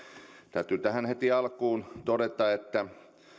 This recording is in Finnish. täytyy tähän heti alkuun todeta että